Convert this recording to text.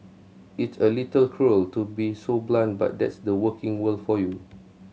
it's a little cruel to be so blunt but that's the working world for you